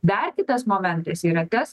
dar kitas momentas yra tas